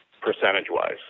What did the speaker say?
percentage-wise